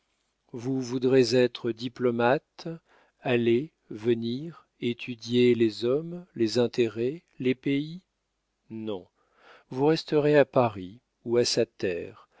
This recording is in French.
vous voudrez être diplomate aller venir étudier les hommes les intérêts les pays non vous resterez à paris ou à sa terre